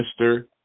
mr